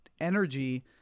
energy